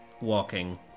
walking